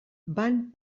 van